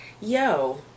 Yo